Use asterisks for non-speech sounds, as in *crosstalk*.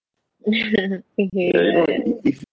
*laughs*